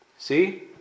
See